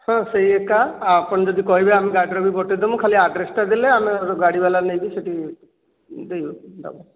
ହଁ ସେଇ ଏକା ଆ ଆପଣ ଯଦି କହିବେ ଆମେ ଗାଡ଼ିରେ ବି ପଠାଇଦେବୁ ମୁଁ ଖାଲି ଆଡ଼୍ରେସଟା ଦେଲେ ଆମେ ଗାଡ଼ିବାଲା ନେଇକି ସେଇଟି ଦେଇଦବ